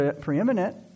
preeminent